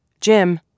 Jim